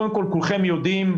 כולכם יודעים,